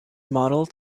model